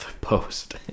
post